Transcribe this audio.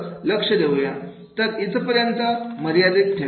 तर इथपर्यंतच मर्यादित ठेवेल